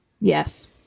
yes